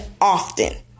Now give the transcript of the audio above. often